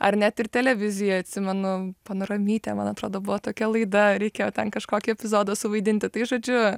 ar net ir televizijoj atsimenu panoramytė man atrodo buvo tokia laida reikėjo ten kažkokį epizodą suvaidinti tai žodžiu